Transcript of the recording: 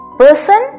person